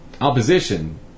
opposition